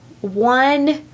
one